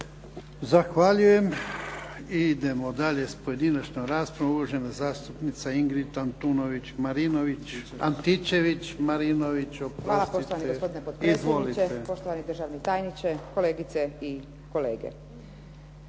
Zahvaljujem. I idemo dalje s pojedinačnom raspravom. Uvažena zastupnica Ingrid Antičević-Marinović. **Antičević Marinović, Ingrid (SDP)** Hvala. Poštovani gospodine potpredsjedniče, poštovani državni tajniče, kolegice i kolege.